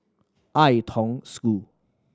Ai Tong School